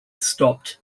stopped